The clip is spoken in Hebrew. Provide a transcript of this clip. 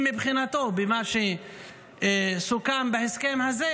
מבחינתו במה שסוכם בהסכם הזה,